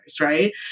right